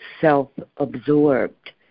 self-absorbed